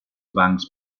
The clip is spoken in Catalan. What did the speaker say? bancs